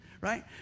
right